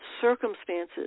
circumstances